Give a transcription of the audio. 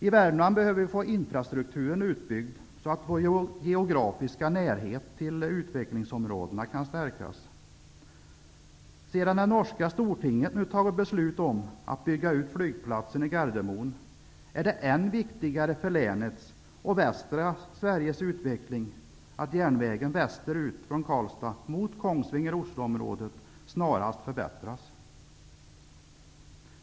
I Värmland behöver vi få infrastrukturen utbyggd så att vår geografiska närhet till utvecklingsområdena kan stärkas. Sedan det norska stortinget nu fattat beslut om att bygga ut flygplatsen i Gardemoen, är det än viktigare för länets och västra Sveriges utveckling att järnvägen väster om Karlstad mot Kongsvinger--Osloområdet snarast förbättras.